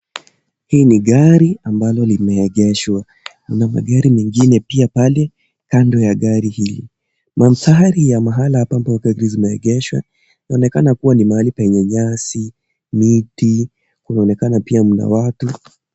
Hii ni gari ambalo limeegeshwa, kuna magari mengine pia pale kando ya gari hili, mandhari ya mahali hapa ambapo gari zimeegeshwa inaonekana kuwa ni mahali penye nyasi, miti kunaonekana pia mna watu.